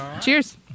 Cheers